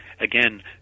again